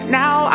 now